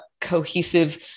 cohesive